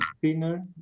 thinner